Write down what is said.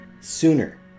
sooner